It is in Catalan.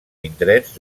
indrets